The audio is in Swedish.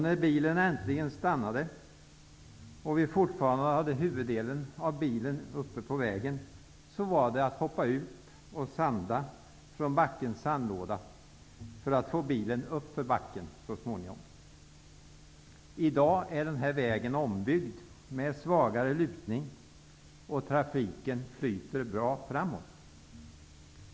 När bilen äntligen stannade och vi fortfarande hade huvuddelen av bilen uppe på vägen, fick man hoppa ut och sanda från backens sandlåda för att så småningom få bilen uppför backen. I dag är den här vägen ombyggd med svagare lutning, och trafiken flyter bra framåt.